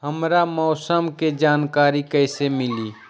हमरा मौसम के जानकारी कैसी मिली?